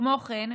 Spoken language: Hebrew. כמו כן,